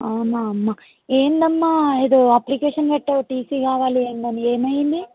అవునా అమ్మ ఏంటమ్మా ఏదో అప్లికేషన్ పెట్టావు టీసీ కావాలి ఏంటని అని ఏమైంది